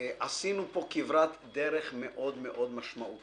עשינו פה כברת דרך מאוד מאוד משמעותית.